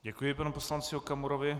Děkuji panu poslanci Okamurovi.